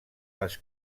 les